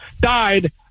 died